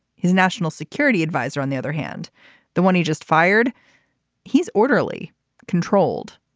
his national security adviser on the other hand the one he just fired he's orderly controlled.